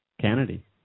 Kennedy